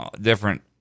different